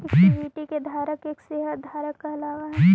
equity के धारक एक शेयर धारक कहलावऽ हइ